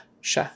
sh